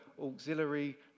auxiliary